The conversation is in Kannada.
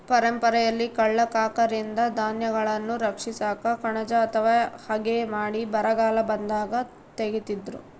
ಪರಂಪರೆಯಲ್ಲಿ ಕಳ್ಳ ಕಾಕರಿಂದ ಧಾನ್ಯಗಳನ್ನು ರಕ್ಷಿಸಾಕ ಕಣಜ ಅಥವಾ ಹಗೆ ಮಾಡಿ ಬರಗಾಲ ಬಂದಾಗ ತೆಗೀತಿದ್ರು